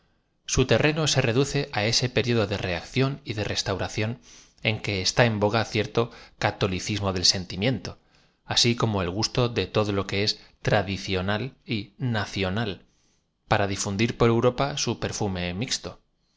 rápida terreno se reduce á ose periodo de reacción y de reatauradón en que está en bo a cierto ca tcliciím o d ti sentimiento asi como el gusto de todo lo que es tradicional y nacional y para difundir por europa au perfume mixto